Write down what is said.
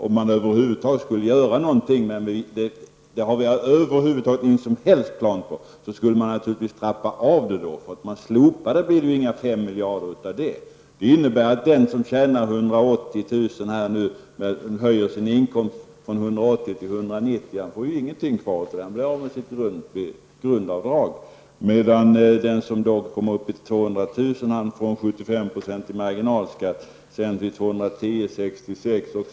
Om man över huvud taget skulle göra någonting -- men det har vi inga som helst planer på -- skulle man i så fall trappa av det. Men slopar man det blir det ju inga 5 miljarder. När den som har 180 000 kr. i inkomst och höjer till 190 000 får han ju inget kvar, eftersom han blir av med sitt grundavdrag. Den som kommer upp i 200 000 får en 75 % marginalskatt, vid 210 000 kr.